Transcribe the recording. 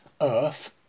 earth